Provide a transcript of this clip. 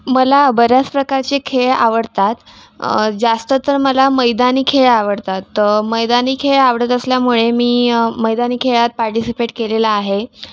मला बऱ्याच प्रकारचे खेळ आवडतात जास्त तर मला मैदानी खेळ आवडतात तर मैदानी खेळ आवडत असल्यामुळे मी मैदानी खेळात पार्टिसिपेट केलेलं आहे